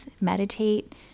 meditate